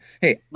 hey